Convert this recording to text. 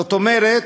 זאת אומרת,